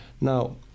Now